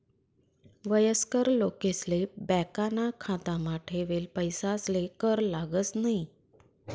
वयस्कर लोकेसले बॅकाना खातामा ठेयेल पैसासले कर लागस न्हयी